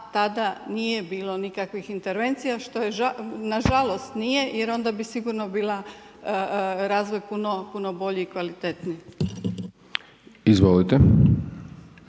tada nije bilo nikakvih intervencija što je nažalost nije jer onda bi sigurno bila razvoj puno bolji i kvalitetniji.